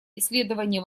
исследования